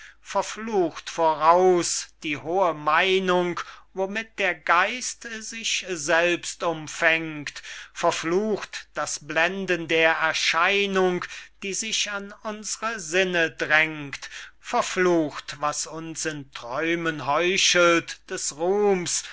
verflucht voraus die hohe meinung womit der geist sich selbst umfängt verflucht das blenden der erscheinung die sich an unsre sinne drängt verflucht was uns in träumen heuchelt des ruhms